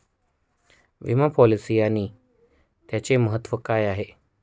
विमा पॉलिसी आणि त्याचे महत्व काय आहे?